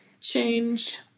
change